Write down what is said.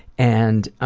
and